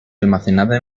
almacenada